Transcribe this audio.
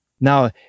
now